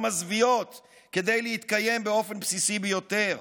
מזוויעות כדי להתקיים באופן בסיסי ביותר.